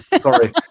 Sorry